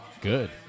Good